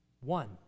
One